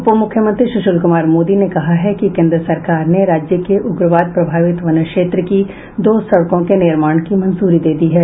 उप मुख्यमंत्री सुशील कुमार मोदी ने कहा है कि केन्द्र सरकार ने राज्य के उग्रवाद प्रभावित वन क्षेत्र की दो सड़कों के निर्माण की मंजूरी दे दी है